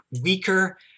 weaker